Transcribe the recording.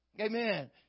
Amen